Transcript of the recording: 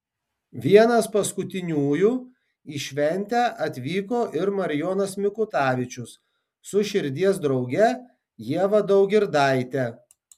vienas paskutiniųjų į šventę atvyko ir marijonas mikutavičius su širdies drauge ieva daugirdaite